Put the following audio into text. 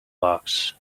box